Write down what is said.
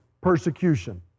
persecution